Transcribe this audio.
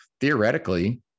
theoretically